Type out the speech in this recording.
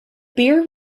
beer